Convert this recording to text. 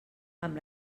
amb